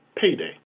payday